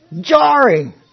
Jarring